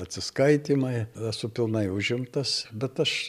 atsiskaitymai esu pilnai užimtas bet aš